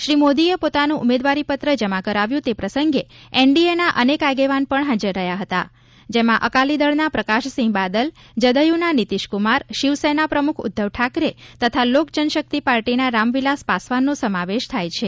શ્રી મોદીએ પોતાનું ઉમેદવારી પત્ર જમા કરાવ્યું તે પ્રસંગે એનડીએના અનેક આગેવાન પણ હાજર રહ્યા હતા જેમાં અકાલીદળના પ્રકાશસિંહ બાદલ જદયુના નીતિશકુમાર શિવસેના પ્રમુખ ઉધ્ધવ ઠાકરે તથા લોકજનશક્તિ પાર્ટીના રામ વિલાસ પાસવાનનો સમાવેશ થાય છે